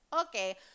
okay